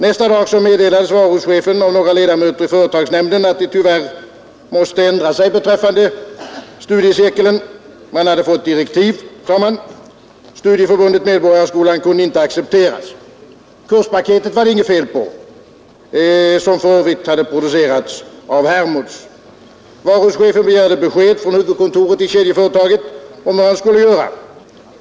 Nästa dag meddelades varuhuschefen av några ledamöter i företagsnämnden att man tyvärr måste ändra sig beträffande studiecirkeln. Man hade fått direktiv, sade man; Studieförbundet Medborgarskolan kunde inte accepteras. Kurspaketet som för övrigt hade producerats av Hermods, var det inget fel på. Varuhuschefen begärde besked från huvudkontoret i kedjeföretaget om vad han skulle göra.